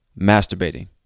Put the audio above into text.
masturbating